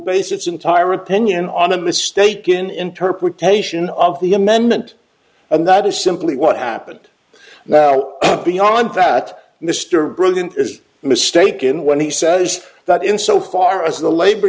its entire opinion on a mistaken interpretation of the amendment and that is simply what happened now beyond that mr brilliant is mistaken when he says that in so far as the labor